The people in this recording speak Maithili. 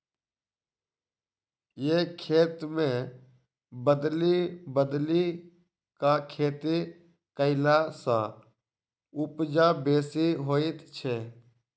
एक खेत मे बदलि बदलि क खेती कयला सॅ उपजा बेसी होइत छै